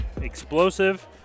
Explosive